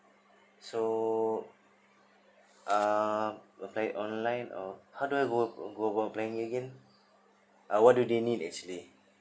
so uh apply online or how do I go go apply it again uh what do they need actually